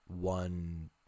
one